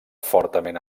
fortament